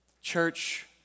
Church